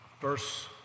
verse